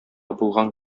булган